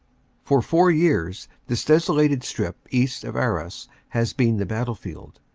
for four years this desolated strip east of arras has been the battlefield.